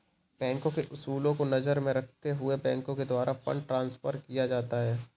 बैंकों के उसूलों को नजर में रखते हुए बैंकों के द्वारा फंड ट्रांस्फर किया जाता है